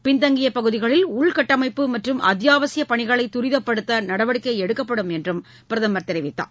பின்தங்கிய பகுதிகளில் உள்கட்டமைப்பு மற்றும் அத்தியாவசியப் பணிகளை தரிதப்படுத்த நடவடிக்கை எடுக்கப்படும் என்று அவர் தெரிவித்தார்